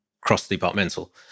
cross-departmental